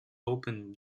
open